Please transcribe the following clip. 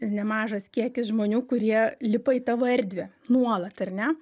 nemažas kiekis žmonių kurie lipa į tavo erdvę nuolat ar ne